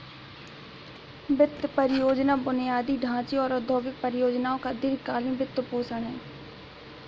वित्त परियोजना बुनियादी ढांचे और औद्योगिक परियोजनाओं का दीर्घ कालींन वित्तपोषण है